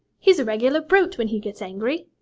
he's a regular brute when he gets angry